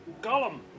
Gollum